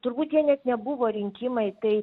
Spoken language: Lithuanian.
turbūt jie net nebuvo rinkimai tai